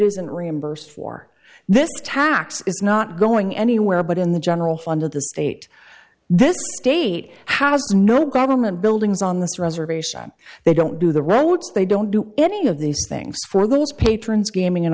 isn't reimbursed for this tax is not going anywhere but in the general fund of the state this state has no government buildings on this reservation they don't do the roads they don't do any of these things for those patrons gaming